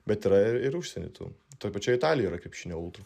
bet yra ir ir užsieny tų toj pačioj italijoj yra krepšinio utrų